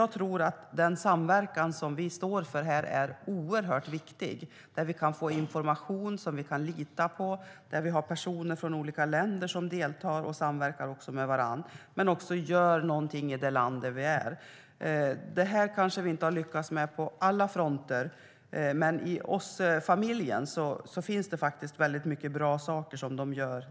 Den samverkan som vi står för är oerhört viktig. Vi kan få information som vi kan lita på. Personer från olika länder deltar och samverkar med varandra. Vi gör någonting i det land som vi befinner oss i. Detta har vi kanske inte lyckats med på alla fronter, men i OSSE-familjen gör man väldigt många bra saker.